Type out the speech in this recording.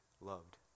loved